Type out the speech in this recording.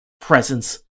presence